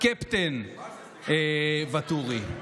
קפטן ואטורי.